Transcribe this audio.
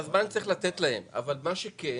את הזמן צריך לתת להם אבל מה שכן,